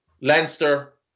Leinster